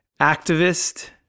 Activist